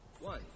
One